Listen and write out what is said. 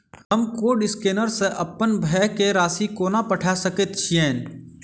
हम code scanner सँ अप्पन भाय केँ राशि कोना पठा सकैत छियैन?